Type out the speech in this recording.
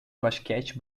basquete